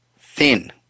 thin